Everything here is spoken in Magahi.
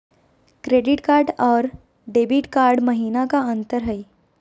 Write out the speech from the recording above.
क्रेडिट कार्ड अरू डेबिट कार्ड महिना का अंतर हई?